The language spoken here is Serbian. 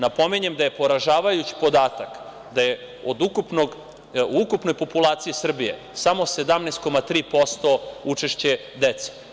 Napominjem da je poražavajući podatak da je od ukupne populacije Srbije samo 17,3% učešće dece.